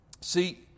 See